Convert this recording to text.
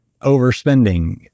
overspending